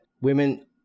women